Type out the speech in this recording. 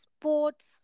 sports